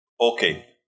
Okay